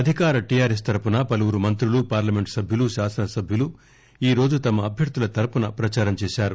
అధికార టీఆర్ఎస్ తరపున పలువురు మంత్రులు పార్లమెంట్ సభ్యులు శాసనసభ్యులు ఈరోజు తమ అభ్యర్గుల తరపున ప్రదారం చేశారు